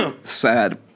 Sad